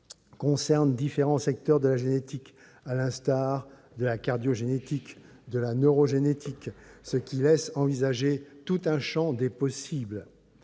concernent différents secteurs de la génétique, à l'instar de la cardiogénétique ou de la neurogénétique. On peut ainsi envisager tout un champ des possibles,